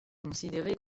considéré